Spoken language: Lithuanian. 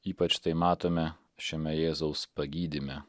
ypač tai matome šiame jėzaus pagydyme